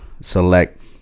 select